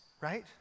right